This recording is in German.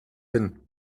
hin